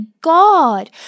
God